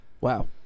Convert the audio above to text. Wow